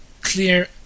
clear